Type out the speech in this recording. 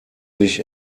sich